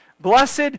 blessed